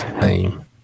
name